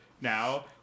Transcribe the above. now